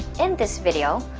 in this video,